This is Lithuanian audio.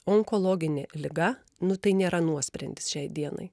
onkologinė liga nu tai nėra nuosprendis šiai dienai